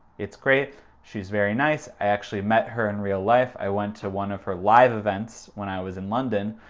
it's great. she's very nice actually met her in real life. i went to one of her live events when i was in london.